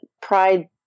pride